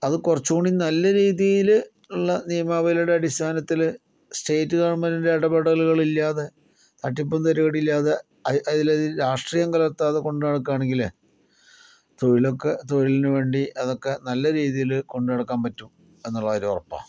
അത് കുറച്ചും കൂടി നല്ല രീതീല് ഉള്ള നിയമാവലിയുടെ അടിസ്ഥാനത്തില് സ്റ്റേറ്റ് ഗവൺമെന്റിൻ്റെ ഇടപെടലുകൾ ഇല്ലാതെ തട്ടിപ്പും തരികിടയും ഇല്ലാതെ അ അതിലയില് രാഷ്ട്രീയം കലർത്താതെ കൊണ്ട് നടക്കുകയാണെങ്കില് തൊഴിലൊക്കെ തൊഴിലിനു വേണ്ടി അതൊക്കെ നല്ല രീതിയില് കൊണ്ടു നടക്കാൻ പറ്റും എന്നുള്ള കാര്യം ഉറപ്പാണ്